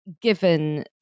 given